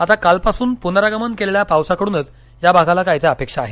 आता कालपासून पुनरागमन केलेल्या पावसाकडूनच या भागाला काय त्या अपेक्षा आहेत